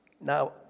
Now